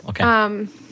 Okay